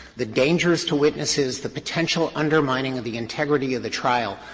the dangers to witnesses, the potential undermining of the integrity of the trial,